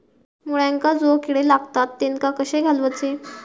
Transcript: मुळ्यांका जो किडे लागतात तेनका कशे घालवचे?